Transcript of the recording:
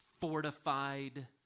fortified